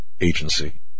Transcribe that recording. agency